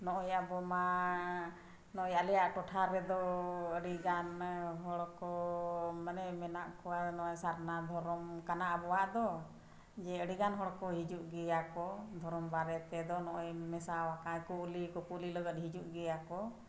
ᱱᱚᱜᱼᱚᱭ ᱟᱵᱚ ᱢᱟ ᱱᱚᱜᱼᱚᱭ ᱟᱞᱮᱭᱟᱜ ᱴᱚᱴᱷᱟ ᱨᱮᱫᱚ ᱟᱹᱰᱤᱜᱟᱱ ᱦᱚᱲ ᱠᱚ ᱢᱟᱱᱮ ᱢᱮᱱᱟᱜ ᱠᱚᱣᱟ ᱱᱚᱜᱼᱚᱭ ᱥᱟᱨᱱᱟ ᱫᱷᱚᱨᱚᱢ ᱠᱟᱱᱟ ᱟᱵᱚᱣᱟᱜ ᱫᱚ ᱡᱮ ᱟᱹᱰᱤᱜᱟᱱ ᱦᱚᱲ ᱠᱚ ᱦᱤᱡᱩᱜ ᱜᱮᱭᱟ ᱠᱚ ᱫᱷᱚᱨᱚᱢ ᱵᱟᱨᱮ ᱛᱮᱫᱚ ᱱᱚᱜᱼᱚᱭ ᱢᱮᱥᱟᱣᱟᱠᱟᱱ ᱠᱩᱞᱤ ᱠᱩᱯᱩᱞᱤ ᱞᱟᱜᱟᱫ ᱦᱤᱡᱩᱜ ᱜᱮᱭᱟ ᱠᱚ